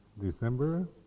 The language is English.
December